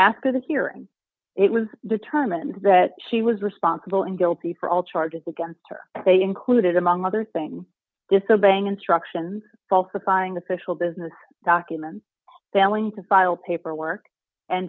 after the hearing it was determined that she was responsible and guilty for all charges against her they included among other things disobeying instructions falsifying the fischel business documents failing to file paperwork and